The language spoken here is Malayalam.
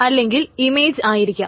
അല്ലെങ്കിൽ ഇമേജ് ആയിരിക്കാം